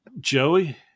Joey